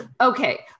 Okay